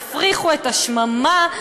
יפריחו את השממה,